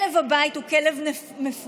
כלב הבית הוא כלב מפונק,